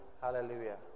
Hallelujah